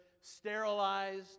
sterilized